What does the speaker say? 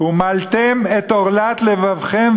"ומלתם את ערלת לבבכם,